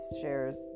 shares